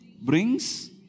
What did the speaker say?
Brings